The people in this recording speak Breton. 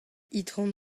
itron